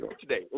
today